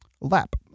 Lap